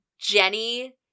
Jenny